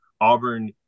Auburn –